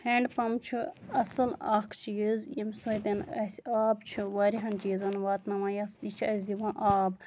hand pump چھُ اَصٕل اکھ چیٖز ییٚمہِ سۭتۍ اَسہِ آب چھُ واریاہن چیٖزَن واتناوان یۄس یہِ چھےٚ اَسہِ دِوان آب